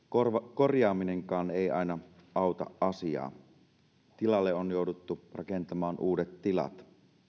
korjaaminenkaan ei aina auta asiaa tilalle on jouduttu rakentamaan uudet tilat